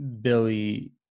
Billy